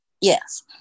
Yes